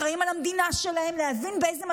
אחראים למדינה שלהם,